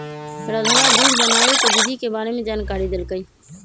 रधवा दूध बनावे के विधि के बारे में जानकारी देलकई